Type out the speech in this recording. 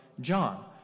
john